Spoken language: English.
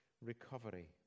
recovery